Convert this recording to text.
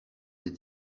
des